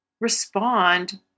respond